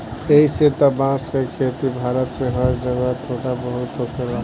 अइसे त बांस के खेती भारत में हर जगह थोड़ा बहुत होखेला